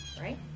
right